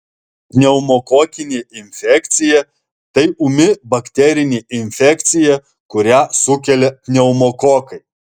pneumokokinė infekcija tai ūmi bakterinė infekcija kurią sukelia pneumokokai